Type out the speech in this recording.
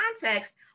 context